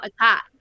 attack